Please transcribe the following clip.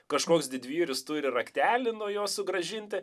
kažkoks didvyris turi raktelį nu jau sugrąžinti